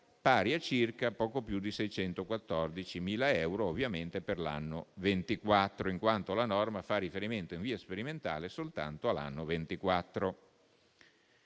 pari a circa poco più di 614.000 euro, ovviamente per l'anno 2024, in quanto la norma fa riferimento in via sperimentale soltanto all'anno 2024.